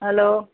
hello